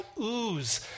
ooze